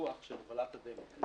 הפיקוח של הובלת הדלק.